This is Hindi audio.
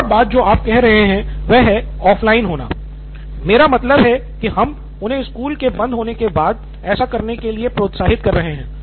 एक और बात जो आप कह रहे हैं वह है ऑफलाइन होना मेरा मतलब है कि हम उन्हें स्कूल के बंद होने के बाद ऐसा करने के लिए प्रोत्साहित कर रहे हैं